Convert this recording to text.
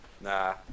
Nah